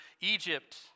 Egypt